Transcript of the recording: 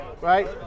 right